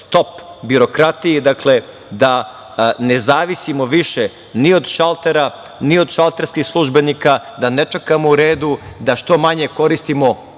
stop birokratiji, dakle da ne zavisimo više ni od šaltera, ni od šalterskih službenika, da ne čekamo u redu, da što manje koristimo